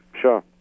Sure